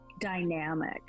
dynamic